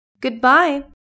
Goodbye